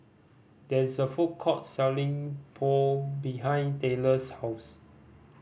there is a food court selling Pho behind Taylor's house